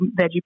veggie